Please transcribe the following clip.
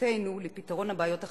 מחויבותנו לפתרון הבעיות החברתיות.